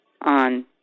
on